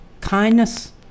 kindness